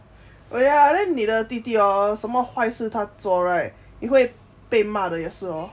oh ya then 你的弟弟什么坏事他做 right 你会被骂也是 hor